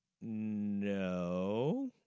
No